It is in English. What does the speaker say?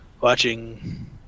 watching